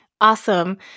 Awesome